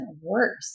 worse